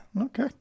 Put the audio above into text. okay